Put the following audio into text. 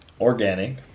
Organic